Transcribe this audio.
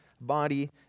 body